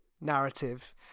narrative